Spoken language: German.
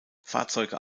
fahrzeuge